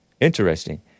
Interesting